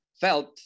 felt